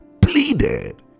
Pleaded